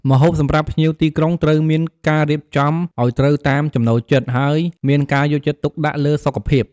ម្ហូបសម្រាប់ភ្ញៀវទីក្រុងត្រូវមានការរៀបចំអោយត្រូវតាមចំណូលចិត្ត ហើយមានការយកចិត្តទុកដាក់លើសុខភាព។